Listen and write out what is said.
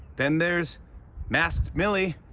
then there's masked millie.